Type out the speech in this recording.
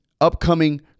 upcoming